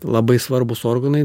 labai svarbūs organai